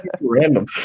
Random